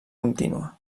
contínua